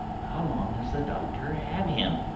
how long has the doctor had him?